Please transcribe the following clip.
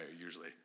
usually